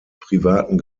privaten